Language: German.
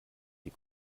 die